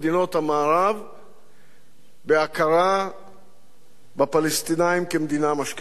המערב בהכרה בפלסטינים כמדינה משקיפה.